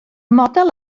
model